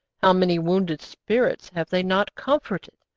how many wounded spirits have they not comforted!